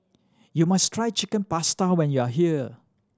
you must try Chicken Pasta when you are here